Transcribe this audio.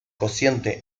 cociente